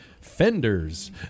fenders